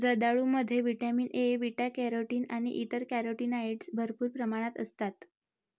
जर्दाळूमध्ये vitamin A, beta carotene आणि इतर कॅरोटीनॉइड्स भरपूर प्रमाणात असतात